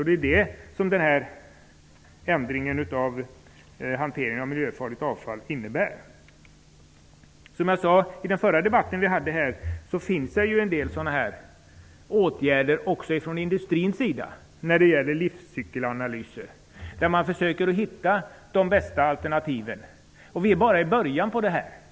Det är detta som ändringen av hanteringen av miljöfarligt avfall innebär. Som jag sade i den föregående debatten här i kammaren finns det en del åtgärder som kan vidtas även från industrins sida när det gäller livscykelanalyser. Man försöker där finna de bästa alternativen. Vi är i början av detta.